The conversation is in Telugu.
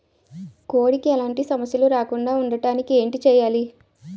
కోడి కి ఎలాంటి సమస్యలు రాకుండ ఉండడానికి ఏంటి చెయాలి?